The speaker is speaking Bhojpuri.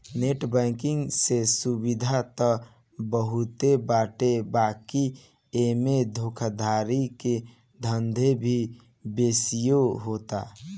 नेट बैंकिंग से सुविधा त बहुते बाटे बाकी एमे धोखाधड़ी के धंधो भी बेसिये होता